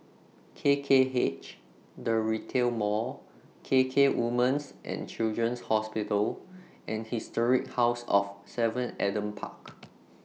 K K H The Retail Mall K K Women's and Children's Hospital and Historic House of seven Adam Park